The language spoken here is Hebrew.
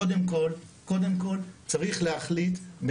קודם כל צריך להחליט,